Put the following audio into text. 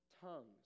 tongues